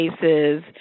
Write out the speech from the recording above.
cases